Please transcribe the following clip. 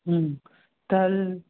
हम्म त हलु